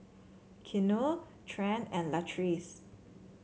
Keanu Trent and Latrice